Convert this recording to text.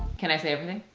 can i say everything?